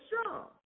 strong